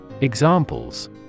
Examples